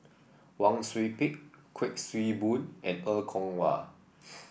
Wang Sui Pick Kuik Swee Boon and Er Kwong Wah